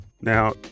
now